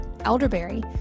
elderberry